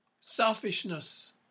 selfishness